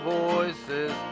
voices